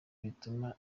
bituma